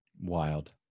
wild